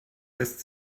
lässt